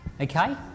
Okay